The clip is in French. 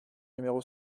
numéro